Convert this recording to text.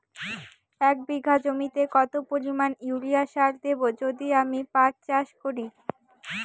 এক বিঘা জমিতে কত পরিমান ইউরিয়া সার দেব যদি আমি পাট চাষ করি?